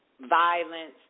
violence